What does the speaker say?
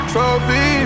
trophy